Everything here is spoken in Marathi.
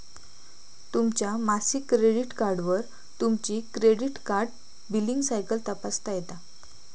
तुमच्या मासिक क्रेडिट कार्डवर तुमची क्रेडिट कार्ड बिलींग सायकल तपासता येता